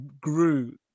grew